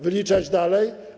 Wyliczać dalej?